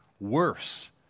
worse